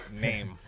name